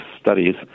Studies